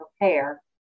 prepare